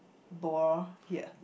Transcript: ball here